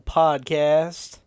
podcast